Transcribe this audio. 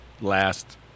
Last